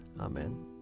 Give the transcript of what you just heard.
Amen